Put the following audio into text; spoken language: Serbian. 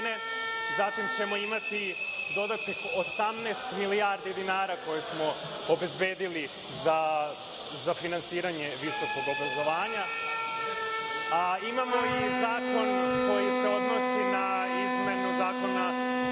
zatim ćemo imati dodatnih 18 milijardi dinara koje smo obezbedili za finansiranje visokog obrazovanja. Imamo i zakon koji se odnosi na izmenu Zakona